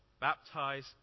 Baptize